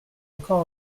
encore